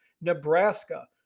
Nebraska